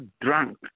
drunk